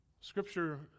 Scripture